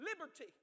Liberty